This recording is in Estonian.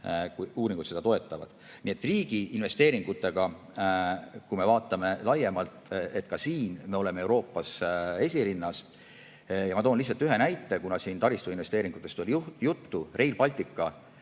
kui uuringud seda toetavad. Nii et ka riigi investeeringutega, kui me vaatame laiemalt, me oleme Euroopas esirinnas. Ma toon lihtsalt ühe näite, kuna siin taristuinvesteeringutest oli juttu. Rail Balticu